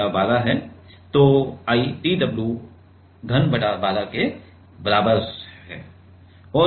तो I tw घन बटा 12 के बराबर हूं